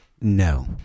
No